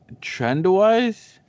trend-wise